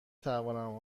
توانم